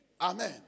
Amen